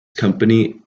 company